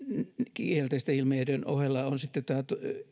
kielteisten pelailuilmiöiden ohella on sitten tämä